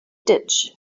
ditch